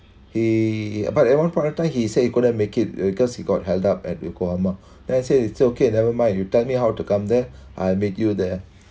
he but at one point of time he said he couldn't make it because he got held up at yokohama then I said it's okay never mind you tell me how to come there I'll meet you there